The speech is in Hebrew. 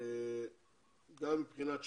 גם מבחינת שקיפות,